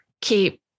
keep